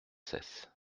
cesse